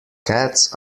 cats